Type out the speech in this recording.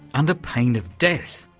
under pain of death!